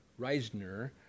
Reisner